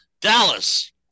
Dallas